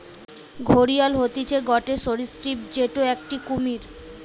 ঘড়িয়াল হতিছে গটে সরীসৃপ যেটো একটি কুমির